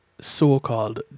so-called